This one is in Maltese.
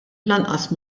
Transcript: lanqas